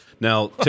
Now